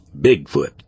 Bigfoot